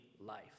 life